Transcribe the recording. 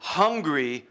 hungry